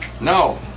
No